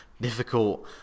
difficult